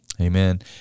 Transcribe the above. Amen